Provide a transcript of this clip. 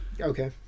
Okay